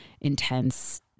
intense